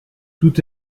tout